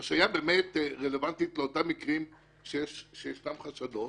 השעיה באמת רלוונטית באותם מקרים שיש חשדות.